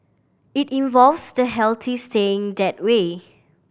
it involves the healthy staying that way